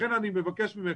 לכן אני מבקש ממך,